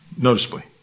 Noticeably